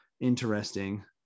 interesting